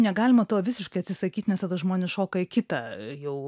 negalima to visiškai atsisakyt nes tada žmonės šoka į kitą jau